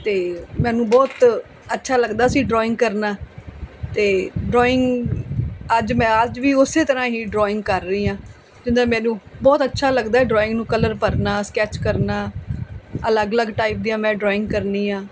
ਅਤੇ ਮੈਨੂੰ ਬਹੁਤ ਅੱਛਾ ਲੱਗਦਾ ਸੀ ਡਰਾਇੰਗ ਕਰਨਾ ਅਤੇ ਡਰਾਇੰਗ ਅੱਜ ਮੈਂ ਅੱਜ ਵੀ ਉਸੇ ਤਰ੍ਹਾਂ ਹੀ ਡਰਾਇੰਗ ਕਰ ਰਹੀ ਹਾਂ ਮੈਨੂੰ ਬਹੁਤ ਅੱਛਾ ਲੱਗਦਾ ਡਰਾਇੰਗ ਨੂੰ ਕਲਰ ਭਰਨਾ ਸਕੈਚ ਕਰਨਾ ਅਲੱਗ ਅਲੱਗ ਟਾਈਪ ਦੀਆਂ ਮੈਂ ਡਰਾਇੰਗ ਕਰਦੀ ਹਾਂ